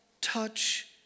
touch